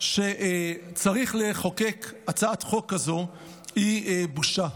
שצריך לחוקק הצעת חוק כזאת היא בושה,